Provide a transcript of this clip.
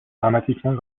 dramatiquement